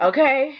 Okay